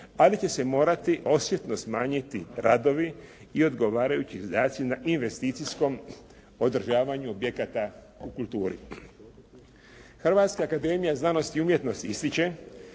ali će se morati osjetno smanjiti radovi i odgovarajući izdaci na investicijskom održavanju objekata kulturi. Hrvatska akademija znanosti i umjetnosti ističe